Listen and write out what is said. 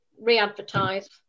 re-advertise